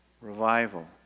revival